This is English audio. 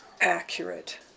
accurate